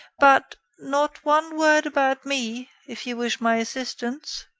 but, not one word about me, if you wish my assistance.